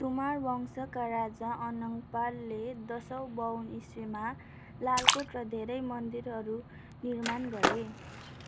तोमारा वंशका राजा अनङ्ग पालले दसौँ बाउन्न इस्वीमा लालकोट र धेरै मन्दिरहरू निर्माण गरे